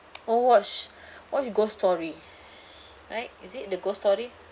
oh watch watch ghost story right is it the ghost story